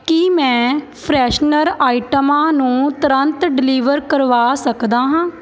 ਕੀ ਮੈਂ ਫਰੈਸ਼ਨਰ ਆਈਟਮਾਂ ਨੂੰ ਤੁਰੰਤ ਡਿਲੀਵਰ ਕਰਵਾ ਸਕਦਾ ਹਾਂ